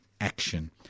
action